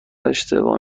اشتباه